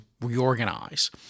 reorganize